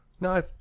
no